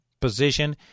position